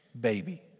baby